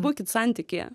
būkit santykyje